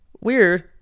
weird